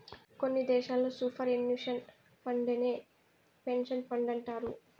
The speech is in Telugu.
కొన్ని దేశాల్లో సూపర్ ఎన్యుషన్ ఫండేనే పెన్సన్ ఫండంటారు